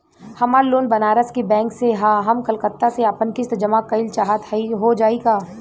हमार लोन बनारस के बैंक से ह हम कलकत्ता से आपन किस्त जमा कइल चाहत हई हो जाई का?